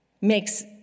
makes